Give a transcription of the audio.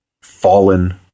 fallen